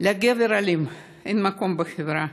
לגבר אלים אין מקום בחברה.